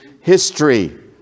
history